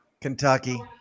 Kentucky